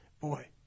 boy